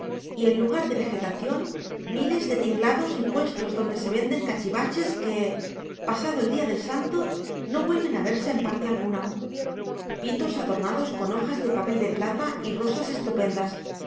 y en lugar de vegetación miles de tinglados y puestos donde se venden cachivaches que pasado el día del santo no vuelven a verse en parte alguna pitos adornados con hojas de papel de plata y rosas estupendas